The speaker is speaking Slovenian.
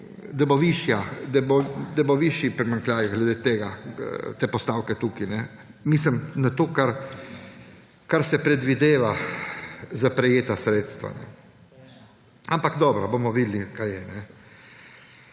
da bo višji primanjkljaj glede te postavke tukaj – mislim na to, kar se predvideva za prejeta sredstva. Ampak dobro, bomo videli, kaj je.